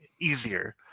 easier